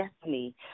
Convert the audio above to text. destiny